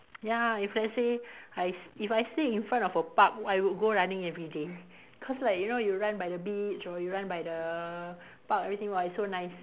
ya if let's say I s~ if I stay in front of a park I would go running everyday cause like you know you run by the beach or you run by the park everything !wah! it's so nice